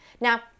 Now